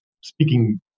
speaking